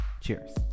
Cheers